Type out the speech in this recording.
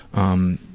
um,